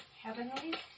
heavenly